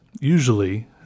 usually